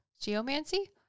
Geomancy